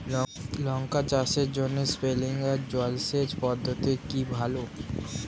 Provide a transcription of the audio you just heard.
লঙ্কা চাষের জন্য স্প্রিংলার জল সেচ পদ্ধতি কি ভালো?